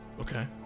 Okay